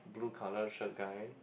blue colour shirt guy